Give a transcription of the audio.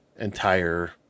entire